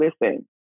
listen